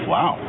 Wow